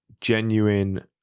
genuine